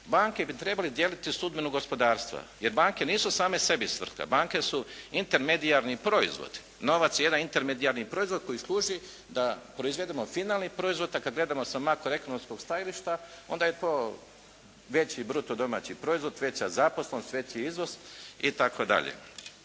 banke bi trebale dijeliti sudbinu gospodarstva. Jer banke nisu same sebi svrha. Banke su intermedijarni proizvod. Novac je jedan intermedijarni proizvod koji služi da proizvedemo finalni proizvod, a kad gledamo sa makro ekonomskog stajališta onda je to veći bruto domaći proizvod, veća zaposlenost, veći izvoz itd.